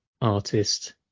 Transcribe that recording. artist